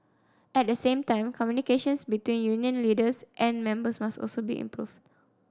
at the same time communications between union leaders and members must also be improved